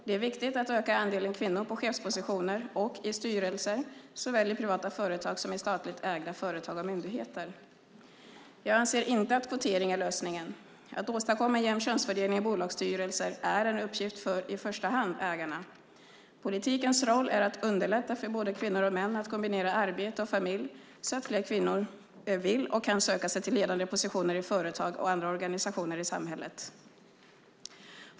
Det är viktigt att öka andelen kvinnor på chefspositioner och i styrelser, såväl i privata företag som i statligt ägda företag och myndigheter. Jag anser inte att kvotering är lösningen. Att åstadkomma en jämn könsfördelning i bolagsstyrelser är en uppgift för ägarna i första hand. Politikens roll är att underlätta för både kvinnor och män att kombinera arbete och familj så att fler kvinnor vill och kan söka sig till ledande positioner i företag och andra organisationer i samhället.